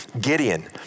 Gideon